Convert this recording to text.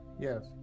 Yes